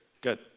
Good